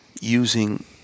using